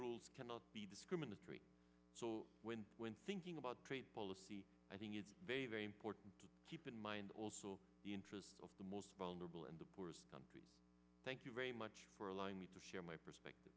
rules cannot be discriminatory so when when thinking about trade policy i think it's very very important to keep in mind also the interests of the most vulnerable and the poorest countries thank you very much for allowing me to share my perspective